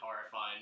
horrifying